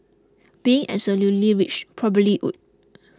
being absolutely rich probably would